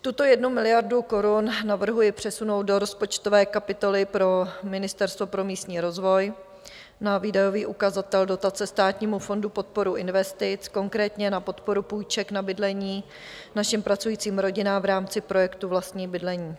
Tuto jednu miliardu korun navrhuji přesunout do rozpočtové kapitoly pro Ministerstvo pro místní rozvoj na výdajový ukazatel dotace Státnímu fondu podpory investic, konkrétně na podporu půjček na bydlení našim pracujícím rodinám v rámci projektu vlastní bydlení.